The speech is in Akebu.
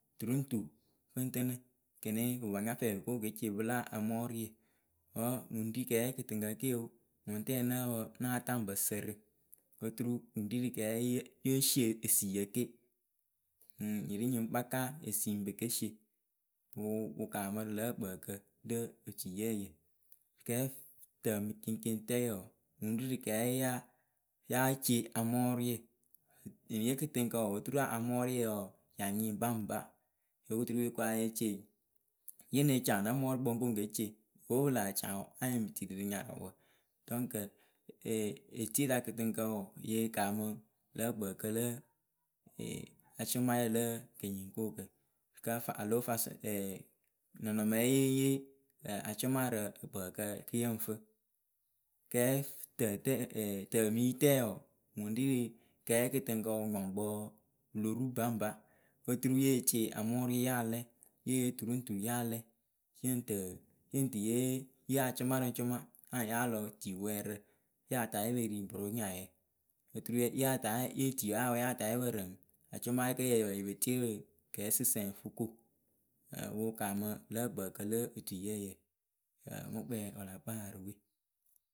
tu ru ŋ tu pɨ ŋ tɨnɨ, kini pɨ pa nya fɛɛ pɨ ko pɨ ke ce pɨla amɔɔrɨye. Wǝ́ ŋ rii kɛɛye kɨtɨŋkǝ ke oo ŋʊŋtɛɛ nǝ́ǝ pǝ, náa ta ŋ pǝ sǝrɨ, oturu ŋ ri kɛɛye yée sie esiyǝ ke. Ŋŋ nyi ri nyi ŋ kpaka esii ŋ pe ke sie. ŋ wʊ wɨ kaamɨ rɨ lǝ̌ ǝkpǝǝkǝ lǝ etiyeeyǝ. kɛɛtǝmɨceŋceŋtǝyǝ wɔɔ ŋwɨ ŋ rii rɨ kɛɛ yáa Yáa ce amɔɔrɩyǝ. eniye kɨtɨŋkǝ wɔɔ oturu amɔɔrɩyǝ wɔɔ, ya nyɩŋ baŋba. Óo po turu yo ko ya ée ce. Ye ne caŋ na mɔɔrʊkpǝ ŋ ko ŋ ke ce, opuwe pɨ laa caŋ wɔɔ anyɩŋ pɨ tini rɨ nyarʊwǝ Dɔŋkǝ ee etieyɨsa kɨtɨŋkǝ wɔɔ yɨ kaamɨ lǝ̌ ǝkpǝǝkǝ lǝ ɛɛ acʊmayǝ lǝ kɨnyɩŋkookǝ. Kǝ́ fa aloo fasɔ, ɛɛ nɔnɔmɛye yée yee ɛɛ acʊmaa rɨ ǝkpǝǝkǝ yɨ ŋ fɨ. Kɛɛtǝtǝǝ ɛɛ tǝmɨyitǝǝ wɔɔ, ŋwɨ ŋ rii rɨ kɛɛ kɨtɨŋkǝ wɨnyɔŋkpǝǝ Wɨ lo ru baŋba oturu ye tie amɔɔrɩɩ ya lɛɛ, ye yee tu ru ŋ tu ya lɛɛ Yɨŋ tɨɨ, yɨŋ tɨ ye yee acʊma ri ŋ cʊma anyɩŋ ya lɔ diiwɛɛrǝ yah ta ye pe ri bɨronyayǝ. Oturu ye tii ya wɛɛ yah ta yǝ pǝ rǝŋ acʊmayǝ kǝ́ yǝh pǝ yɨ pǝ tie rɨ kɛɛsɨsǝŋ fɨ ko. Ǝ ŋ wʊ wɨ kaamɨ lǝ̌ ǝkpǝǝkǝ lǝ otuyeeyǝ. Ɛɛ mɨ kpɛɛ wɨ la kpaa rɨ we.